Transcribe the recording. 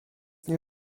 nie